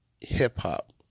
hip-hop